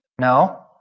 No